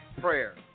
prayer